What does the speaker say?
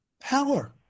Power